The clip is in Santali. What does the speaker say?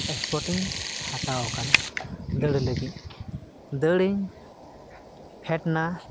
ᱥᱯᱳᱨᱴ ᱤᱧ ᱦᱟᱛᱟᱣ ᱠᱟᱫᱟ ᱫᱟᱹᱲ ᱞᱟᱹᱜᱤᱫ ᱫᱟᱹᱲᱤᱧ ᱯᱷᱮᱰ ᱮᱱᱟ